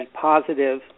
positive